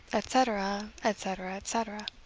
etc. etc. etc.